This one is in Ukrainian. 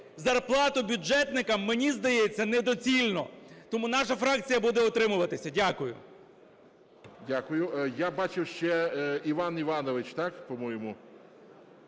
зарплату бюджетникам, мені здається, недоцільно. Тому наша фракція буде втримуватися. Дякую.